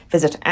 Visit